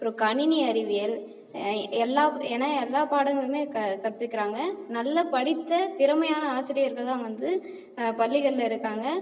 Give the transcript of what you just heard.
அப்புறம் கணினி அறிவியல் எல்லாப் என எல்லா பாடங்களுமே க கற்பிக்கிறாங்க நல்ல படித்த திறமையான ஆசிரியர்கள்தான் வந்து பள்ளிகளில் இருக்காங்க